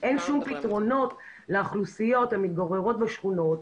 אין שום פתרונות לאוכלוסיות המתגוררות בשכונות,